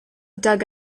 dug